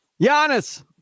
Giannis